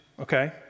Okay